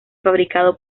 fabricado